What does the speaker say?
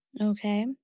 okay